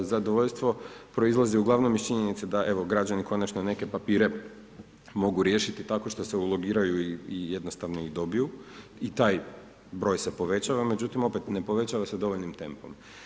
Zadovoljstvo proizlazi uglavnom iz činjenice da evo građani konačno neke papire mogu riješiti tako što se ulogiraju i jednostavno ih dobiju i taj broj se povećava, međutim opet ne povećava se dovoljnim temom.